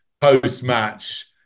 post-match